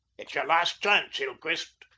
it's your last chance, hillcrist.